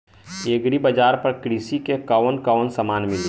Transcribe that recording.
Agri बाजार पर कृषि के कवन कवन समान मिली?